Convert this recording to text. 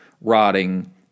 rotting